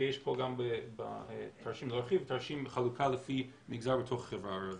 ויש פה בתרשים תרשים של חלוקה לפי מגזר בתוך החברה הערבית.